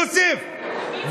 יוסף?